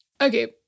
Okay